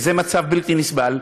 זה מצב בלתי נסבל,